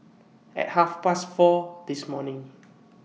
At Half Past four This morning